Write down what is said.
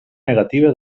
negativa